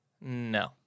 No